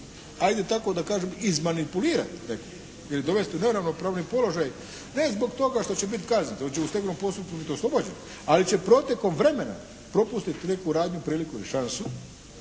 ajmo tako da kažem izmanipulirati nekog ili dovesti u neravnopravni položaj ne zbog toga što će biti kažnjen, on će u stegovnom postupku biti oslobođen, ali će protekom vremena propustiti neku radnju, prilika ili šansu